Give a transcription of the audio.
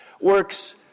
works